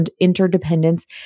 interdependence